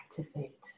activate